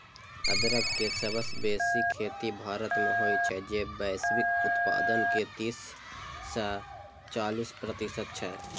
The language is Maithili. अदरक के सबसं बेसी खेती भारत मे होइ छै, जे वैश्विक उत्पादन के तीस सं चालीस प्रतिशत छै